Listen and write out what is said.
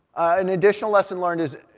an additional lesson learned is,